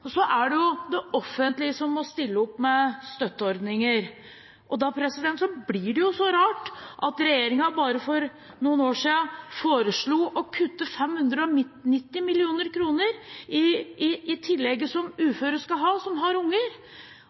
er det det offentlige som må stille opp med støtteordninger. Da blir det rart at regjeringen bare for noen år siden foreslo å kutte 590 mill. kr i tillegget som uføre som har unger, skal ha.